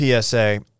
PSA